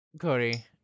Cody